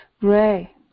gray